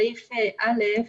בסעיף (א),